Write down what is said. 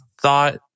thought